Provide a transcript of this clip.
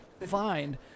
find